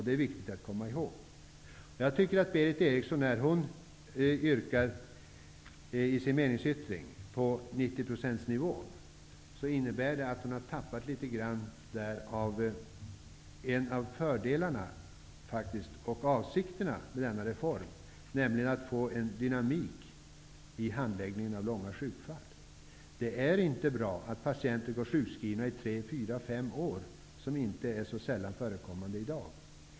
Det är viktigt att komma ihåg detta. nivån. Det innebär att hon har tappat litet grand när det gäller en av fördelarna och avsikten med denna reform, nämligen att få en dynamik i handläggningen av långa sjukfall. Det är inte bra att patienter går sjukskrivna i tre, fyra eller fem år, vilket inte är så sällan förekommande i dag.